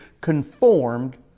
conformed